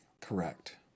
Correct